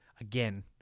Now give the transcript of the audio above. again